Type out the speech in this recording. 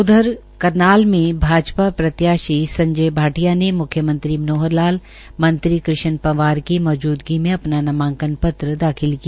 उधर करनाल से भाजपा संयज भाटिया ने म्ख्यमंत्री मनोहर लाल मंत्री कृष्ण लाल पंवार की मौजूदगी में अपना नामांकन पत्र दाखिल किया